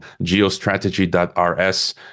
geostrategy.rs